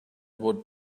would